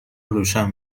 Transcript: روشن